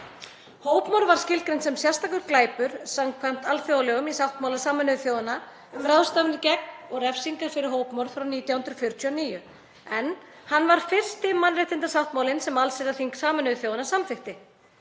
Hópmorð var skilgreint sem sérstakur glæpur samkvæmt alþjóðalögum í sáttmála Sameinuðu þjóðanna um ráðstafanir gegn og refsingar fyrir hópmorð frá 1949, en hann var fyrsti mannréttindasáttmálinn sem allsherjarþing Sameinuðu þjóðanna samþykkti.